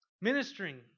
Ministering